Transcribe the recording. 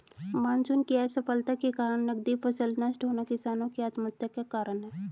monsoon की असफलता के कारण नकदी फसल नष्ट होना किसानो की आत्महत्या का कारण है